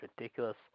ridiculous